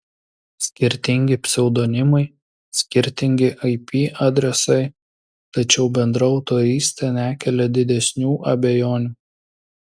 skirtingi pseudonimai skirtingi ip adresai tačiau bendra autorystė nekelia didesnių abejonių